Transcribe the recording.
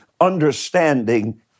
understanding